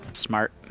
smart